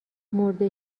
مرده